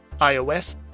iOS